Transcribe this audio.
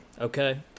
okay